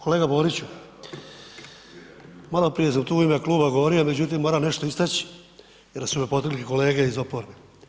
Kolega Boriću, maloprije sam tu ime kluba govorio međutim moram nešto istaći jer su me potaknuli kolege iz oporbe.